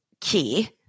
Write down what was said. key